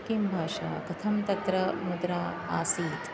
का भाषा कथं तत्र मुद्रा आसीत्